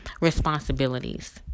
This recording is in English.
responsibilities